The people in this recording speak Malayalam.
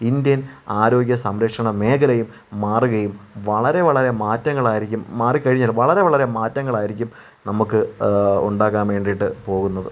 ഇന്ത്യൻ ആരോഗ്യ സംരക്ഷണ മേഘലയും മാറുകയും വളരെ വളരെ മാറ്റങ്ങളായിരിക്കും മാറിക്കഴിഞ്ഞു വളരെ വളരെ മാറ്റങ്ങളായിരിക്കും നമുക്ക് ഉണ്ടാകാൻ വേണ്ടിയിട്ടു പോകുന്നത്